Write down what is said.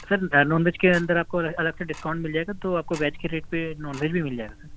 سر آ non veg کے اندر آپ کو الگ سے ڈسکاؤنٹ مِل جائے گا تو آپ کو ویج کے ریٹ پہ نان ویج بھی مِل جائے گا سر